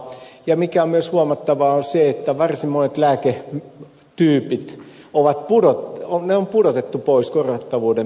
ja mikä on myös huomattavaa on se että varsin monet lääke di ovat tiina on lääketyypit on pudotettu pois korvattavuuden piiristä